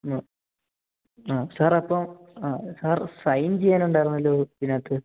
ആ ആ സാറപ്പം ആ സാർ സൈൻ ചെയ്യാനുണ്ടായിരുന്നല്ലോ ഇതിനകത്ത്